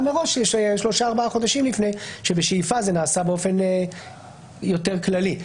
מראש שלושה-ארבעה חודשים לפני כאשר בשאיפה זה נעשה באופן יותר כללי.